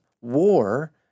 war